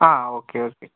ആ okay okay